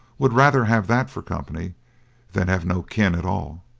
would rather have that for company than have no kin at all,